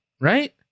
right